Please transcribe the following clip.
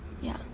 ya